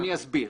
אני אסביר.